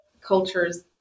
cultures